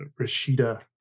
Rashida